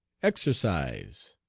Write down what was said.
exercise!